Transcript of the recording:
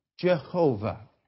Jehovah